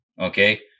okay